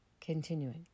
Continuing